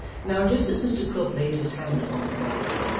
now, just as mr quilp laid his hand upon the lock,